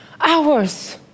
hours